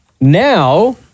now